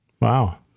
Wow